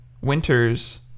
Winters